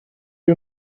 you